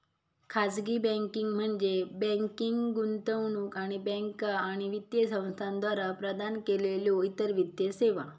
खाजगी बँकिंग म्हणजे बँकिंग, गुंतवणूक आणि बँका आणि वित्तीय संस्थांद्वारा प्रदान केलेल्यो इतर वित्तीय सेवा